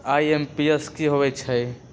IMPS की होईछइ?